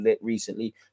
recently